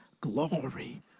glory